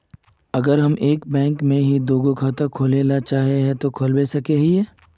अगर हम एक बैंक में ही दुगो खाता खोलबे ले चाहे है ते खोला सके हिये?